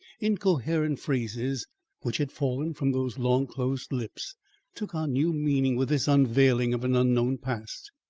incoherent phrases which had fallen from those long-closed lips took on new meaning with this unveiling of an unknown past.